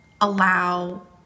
allow